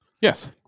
Yes